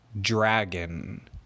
dragon